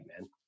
man